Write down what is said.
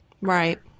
Right